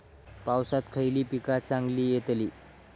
पावसात खयली पीका चांगली येतली?